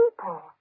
people